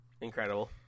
Incredible